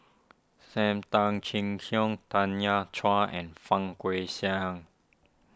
Sam Tan Chin Siong Tanya Chua and Fang Guixiang